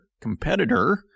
competitor